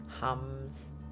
hums